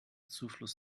zufluss